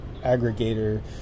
aggregator